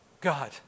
God